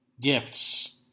Gifts